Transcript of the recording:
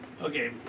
Okay